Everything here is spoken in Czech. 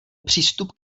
přístup